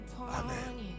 Amen